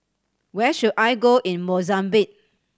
where should I go in Mozambique